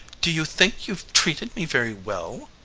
do you think you've treated me very well?